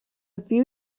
few